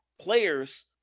players